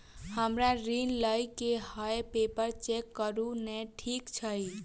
हमरा ऋण लई केँ हय पेपर चेक करू नै ठीक छई?